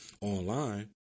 online